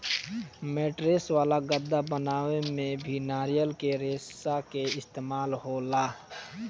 mattress वाला गद्दा बनावे में भी नारियल के रेशा के इस्तेमाल होला